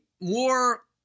more